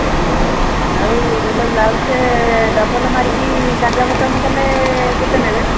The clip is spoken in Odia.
ଆଉ ଗୋଟେ ବ୍ଳାଉଜ୍ଟେ ଡବଲ୍ ମାରିକି ତାଜା ବଟନ୍ କଲେ କେତେ ନେବେ